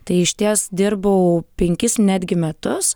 tai išties dirbau penkis netgi metus